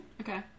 Okay